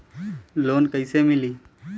Loan कइसे मिलि?